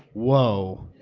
whoa,